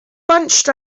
bunched